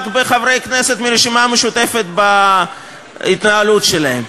בחברי כנסת מהרשימה המשותפת בהתנהלות שלהם.